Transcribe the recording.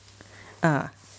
ah